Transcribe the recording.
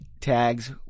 tags